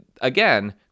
again